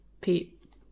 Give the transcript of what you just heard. Pete